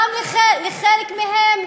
גם לחלק מהם,